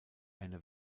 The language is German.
eine